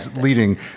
leading